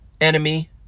enemy